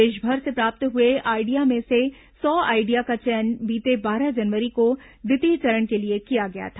देशभर से प्राप्त हुए आइडिया में से सौ आइडिया का चयन बीते बारह जनवरी को द्वितीय चरण के लिए किया गया था